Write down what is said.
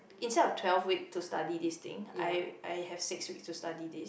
instead of twelve week to study this thing I I have six week to study this